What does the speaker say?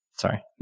Sorry